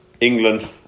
England